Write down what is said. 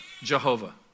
Jehovah